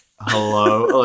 hello